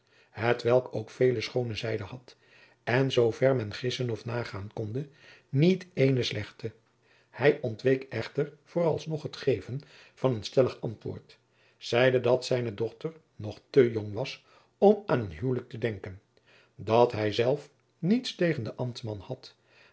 hetwelk ook vele schoone zijden had en zoo ver men gissen of nagaan konde niet ééne slechte hij ontweek echter voor als nog het geven van een stellig antwoord zeide dat zijne dochter nog te jong was om aan een huwelijk te denken dat hij zelf niets tegen den ambtman had